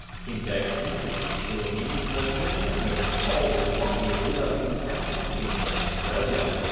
kim davison took this chilling image while swimming at murphy's hole in lockyer river, in south east queensland, australia.